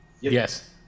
yes